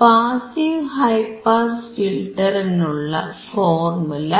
passive high pass ഫിൽറ്ററിനുള്ള formula